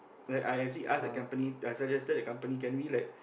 like I actually ask the company plus suggested the company like can we